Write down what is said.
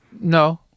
No